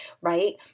right